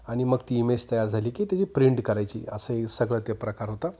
आणि मग ती इमेज तयार झाली की त्याची प्रिंट करायची असं हे सगळं ते प्रकार होता